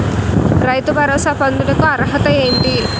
రైతు భరోసా పొందుటకు అర్హత ఏంటి?